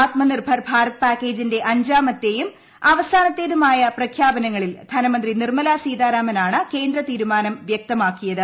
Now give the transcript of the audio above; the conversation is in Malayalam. ആത്മ നിർഭർ ഭാരത് പാക്കേജിന്റെ അഞ്ചാമത്തേതും അവസാനത്തേതുമായ പ്രഖ്യാപനങ്ങളിൽ ധനമന്ത്രി നിർമ്മല സീതാരാമനാണ് കേന്ദ്ര തീരുമാനം വ്യക്തമാക്കിയത്